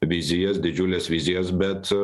vizijas didžiules vizijas bet